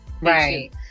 right